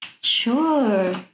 Sure